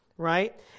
Right